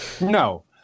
No